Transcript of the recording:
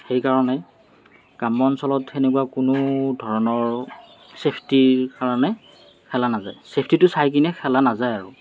সেইকাৰণে গ্ৰাম্য অঞ্চলত সেনেকুৱা কোনোধৰণৰ চেফটিৰ কাৰণে খেলা নাযায় চেফটিটো চাইকিনে খেলা নাযায় আৰু